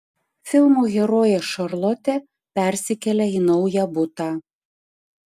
filmo herojė šarlotė persikelia į naują butą